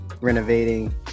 renovating